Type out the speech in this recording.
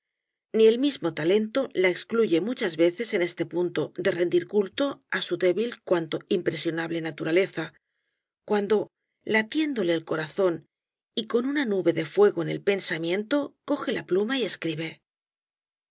ni el mismo talento la excluye muchas veces en este punto de rendir culto á su débil cuanto impresionable naturaleza cuando latiéndole el corazón y con una nube de fuego en el pensamiento coge la pluma y escribe